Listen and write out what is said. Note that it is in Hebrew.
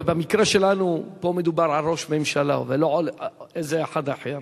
ובמקרה שלנו פה מדובר על ראש ממשלה ולא על אחד אחר,